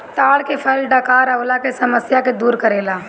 ताड़ के फल डकार अवला के समस्या के दूर करेला